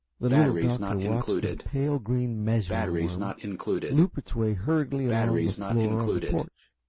the little doctor watched a pale green measuring worm loop its way hurriedly along the floor of the porch.